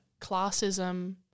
classism